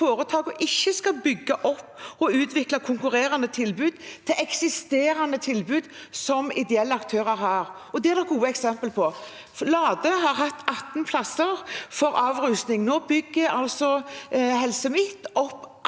ikke skal bygge opp og utvikle konkurrerende tilbud til eksisterende tilbud som ideelle aktører har, ikke følges. Det er det gode eksempler på. Lade har hatt 18 plasser for avrusning. Nå bygger Helse Midt-Norge